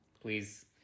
please